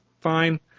fine